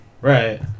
Right